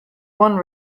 one